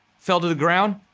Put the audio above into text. fell to the ground,